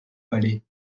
palais